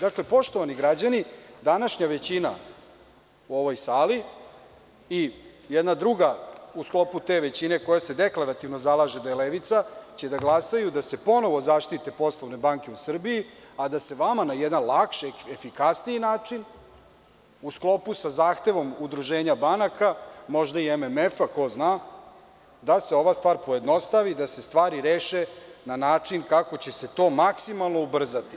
Dakle, poštovani građani današnja većina u ovoj sali i jedna druga u sklopu te većine, koja se deklarativno zalaže da je levica, će da glasaju da se ponovo zaštite poslovne banke u Srbiji, a da se vama na jedan lak i efikasniji način, u sklopu sa zahtevom udruženja banaka, možda i MMF, ko to zna, da se ova stvar pojednostavi i da se stvari reše na način kako će se to maksimalno ubrzati.